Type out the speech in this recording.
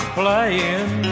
playing